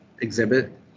exhibit